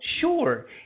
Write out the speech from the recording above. Sure